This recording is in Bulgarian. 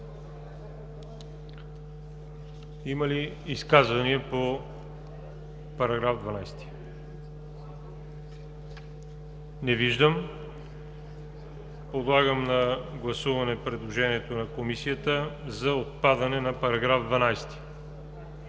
Има ли изказвания по § 12? Не виждам. Подлагам на гласуване предложението на Комисията за отпадане на § 12.